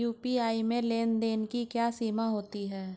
UPI में लेन देन की क्या सीमा होती है?